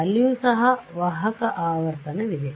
ಅಲ್ಲಿಯೂ ಸಹ ವಾಹಕ ಆವರ್ತನವಿದೆ